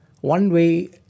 one-way